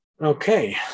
okay